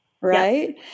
Right